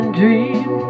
dream